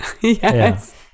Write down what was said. Yes